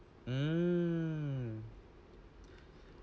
mm